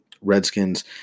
Redskins